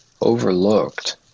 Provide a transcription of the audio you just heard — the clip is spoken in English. overlooked